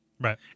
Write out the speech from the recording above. right